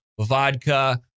vodka